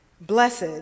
Blessed